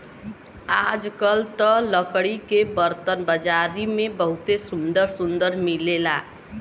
आजकल त लकड़ी के बरतन बाजारी में बहुते सुंदर सुंदर मिलेला